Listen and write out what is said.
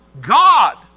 God